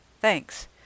Thanks